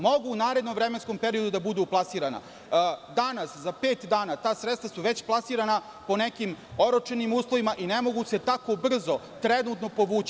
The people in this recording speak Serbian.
Mogu u narednom vremenskom periodu da budu plasirana danas, za pet dana, ta sredstva su već plasirana po nekim oročenim uslovima i ne mogu se tako brzo, trenutno povući.